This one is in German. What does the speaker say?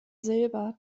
silber